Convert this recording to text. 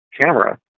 camera